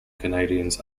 canadians